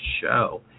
show